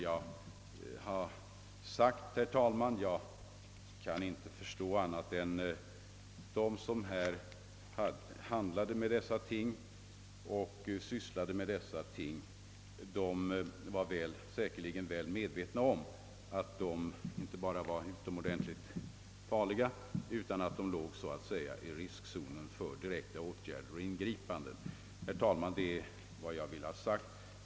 Jag kan inte förstå annat än att de som handlade med dessa medel eller använde dem var väl medvetna om att medlen inte bara var farliga utan också låg i riskzonen för åtgärder och ingripande.